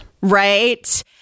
Right